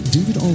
David